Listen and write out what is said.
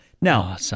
Now